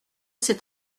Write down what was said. cet